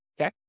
Okay